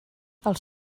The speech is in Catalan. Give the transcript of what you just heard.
els